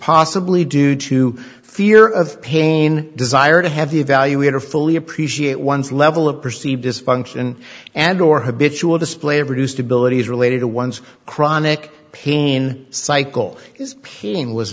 possibly due to fear of pain desire to have the evaluator fully appreciate one's level of perceived dysfunction and or habitual display of reduced abilities related to one's chronic pain cycle is peeing was